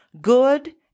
good